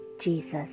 Jesus